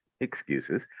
excuses